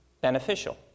beneficial